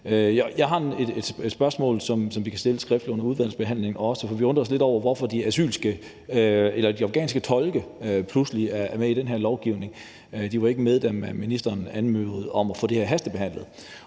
Jeg har et spørgsmål, som vi også kan stille skriftligt under udvalgsbehandlingen, for vi undrer os lidt over, at de afghanske tolke pludselig er med i den her lovgivning. De var ikke med, da ministeren anmodede om at få det her hastebehandlet.